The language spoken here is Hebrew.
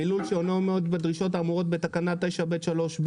מלול שאינו עומד בדרישות האמורות בתקנה 9(ב)(3)(ב),